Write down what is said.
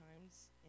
times